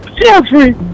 Jeffrey